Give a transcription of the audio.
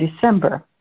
December